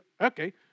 okay